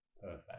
Perfect